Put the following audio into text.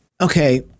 okay